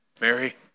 Mary